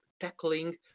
tackling